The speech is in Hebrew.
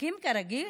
עסקים כרגיל?